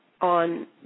on